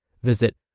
Visit